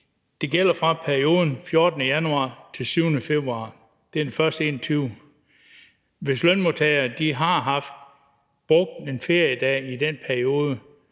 det gælder for perioden fra den 14. januar til den 7. februar. Det er de første 21 dage. Hvis lønmodtagere har haft brugt 1 feriedag i den periode,